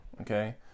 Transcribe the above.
Okay